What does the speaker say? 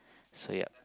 so ya